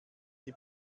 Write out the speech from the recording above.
die